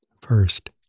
First